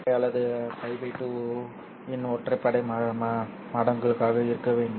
எனவே அல்லது அது π 2 இன் ஒற்றைப்படை மடங்குகளாக இருக்க வேண்டும்